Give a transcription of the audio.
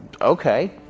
okay